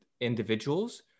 individuals